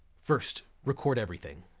first, record everything.